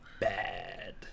bad